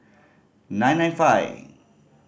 nine nine five